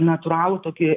natūralų tokį